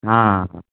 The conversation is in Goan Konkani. हां